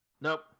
Nope